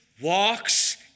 walks